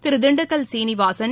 Thiru Dindigul Srinivasan